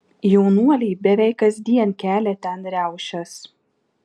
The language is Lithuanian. jaunuoliai beveik kasdien kelia ten riaušes